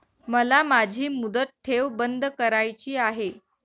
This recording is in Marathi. मला माझी मुदत ठेव बंद करायची आहे